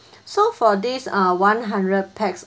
so four days uh one hundred pax